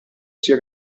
sia